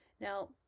Now